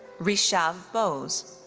rishav bose.